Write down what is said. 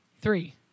Three